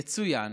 יצוין